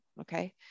okay